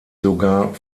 sogar